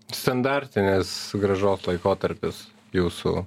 standartinės grąžos laikotarpis jūsų